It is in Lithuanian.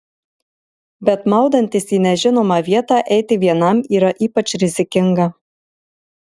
bet maudantis į nežinomą vietą eiti vienam yra ypač rizikinga